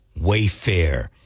Wayfair